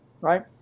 right